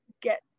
get